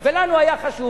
ולנו היה חשוב,